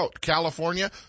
California